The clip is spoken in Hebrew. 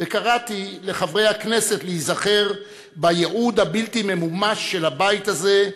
וקראתי לחברי הכנסת להיזכר ב"ייעוד הבלתי-ממומש של הבית הזה,